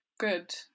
good